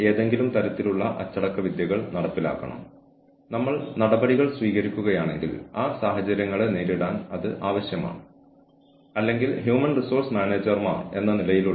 ഏതെങ്കിലും തരത്തിലുള്ള ഇലക്ട്രോണിക് നിരീക്ഷണ സമയത്ത് ഒന്നുകിൽ ക്ലോസ്ഡ് സർക്യൂട്ട് ക്യാമറകളിലൂടെയും ടെലിവിഷനുകളിലൂടെയും അല്ലെങ്കിൽ ഇലക്ട്രോണിക് മെയിലിലൂടെയും അച്ചടക്കമില്ലായ്മ കണ്ടെത്തുന്നു